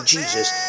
Jesus